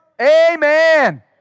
Amen